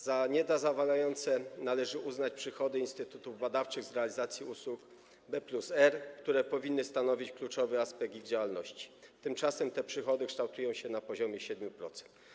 Za niezadowalające należy uznać przychody instytutów badawczych z realizacji usług B+R, które powinny stanowić kluczowy aspekt ich działalności, tymczasem te przychody kształtują się na poziomie 7%.